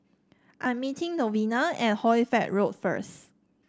I'm meeting Novella at Hoy Fatt Road first